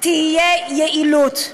תהיה יעילות,